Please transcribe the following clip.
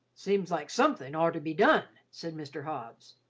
seems like somethin' orter be done, said mr. hobbs.